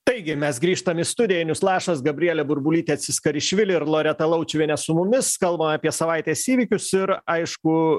taigi mes grįžtam į studiją ainius lašas gabrielė burbulytė tsiskaršvili ir loreta laučiuvienė su mumis kalbam apie savaitės įvykius ir aišku